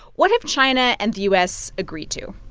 what have china and the u s. agreed to?